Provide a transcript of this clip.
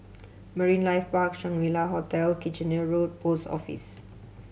Marine Life Park Shangri La Hotel Kitchener Road Post Office